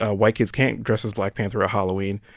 ah white kids can't dress as black panther at halloween.